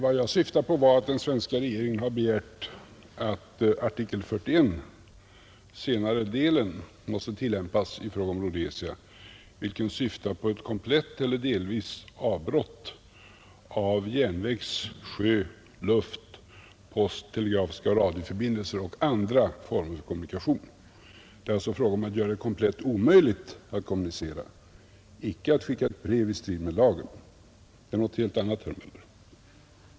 Vad jag syftade på var att den svenska regeringen har begärt att artikel 41, senare delen, vilken syftar till ett komplett eller delvis avbrott av järnvägs-, sjö-, luft-, post-, telegrafoch radioförbindelser och andra former av kommunikation skulle tillämpas mot Rhodesia. Det är alltså fråga om att göra det komplett omöjligt att kommunicera, icke att skicka ett brev i strid mot lagen — det är något helt annat, herr Möller.